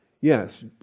Yes